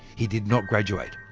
he did not graduate.